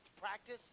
practice